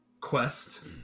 quest